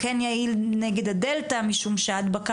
הוא כן יעיל נגד הדלתה משום שההדבקה